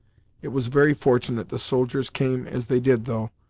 it was very fortunate the soldiers came as they did though,